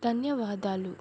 ధన్యవాదాలు